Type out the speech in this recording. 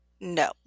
No